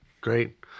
Great